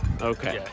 Okay